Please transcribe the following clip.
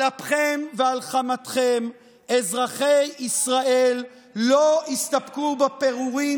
על אפכם ועל חמתכם אזרחי ישראל לא יסתפקו בפירורים